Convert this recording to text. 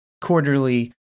quarterly